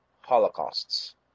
holocausts